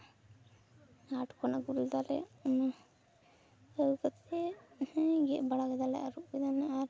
ᱦᱟᱴ ᱠᱷᱚᱱ ᱟᱹᱜᱩ ᱞᱮᱫᱟᱞᱮ ᱚᱱᱟ ᱟᱹᱜᱩ ᱠᱟᱛᱮ ᱦᱮᱸ ᱜᱮᱫ ᱵᱟᱲᱟ ᱠᱮᱫᱟᱞᱮ ᱟᱨᱩᱯ ᱠᱤᱫᱟᱹᱧ ᱟᱨ